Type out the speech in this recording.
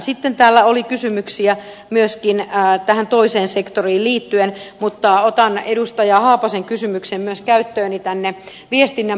sitten täällä oli kysymyksiä myöskin tähän toiseen sektoriin liittyen mutta otan edustaja haapasen kysymyksen myös käyttööni tänne viestinnän puolelle